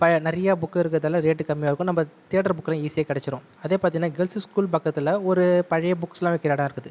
பழைய நிறைய புக் இருக்குது அதலாம் ரேட்டு கம்மியாக இருக்கும் தேடற புக்லாம் ஈஸியாக கிடச்சிரும் அதே பார்த்திங்கனா கேர்ள்ஸ் ஸ்கூல் பக்கத்தில் ஒரு பழைய புக்ஸ்லாம் விற்கிற இடம் இருக்குது